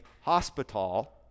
hospital